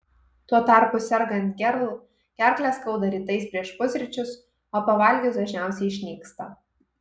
tuo tarpu sergant gerl gerklę skauda rytais prieš pusryčius o pavalgius dažniausiai išnyksta